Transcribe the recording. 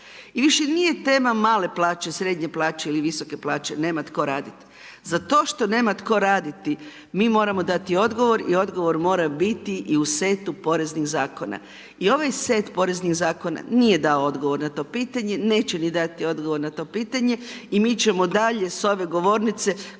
I više nije tema male plaće, srednje plaće ili visoke plaće, nema tko raditi. Za to što nema tko raditi mi moramo dati odgovor i odgovor mora biti i u setu poreznih zakona. I ovaj set poreznih zakona nije dao odgovor na to pitanje, neće ni dati odgovor na to pitanje i mi ćemo dalje s ove govornice govoriti